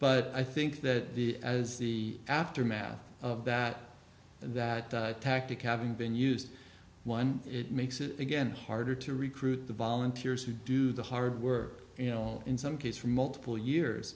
but i think that the as the aftermath of that that tactic having been used one it makes it again harder to recruit the volunteers who do the hard work you know in some case for multiple years